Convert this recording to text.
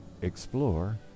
explore